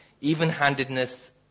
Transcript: even-handedness